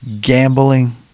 gambling